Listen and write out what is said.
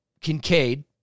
Kincaid